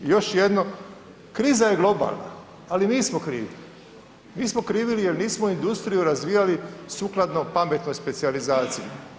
I još jedno, kriza je globalna, ali mi smo krivi, mi smo krivi jel nismo industriju razvijali sukladno pametnoj specijalizaciji.